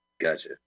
Gotcha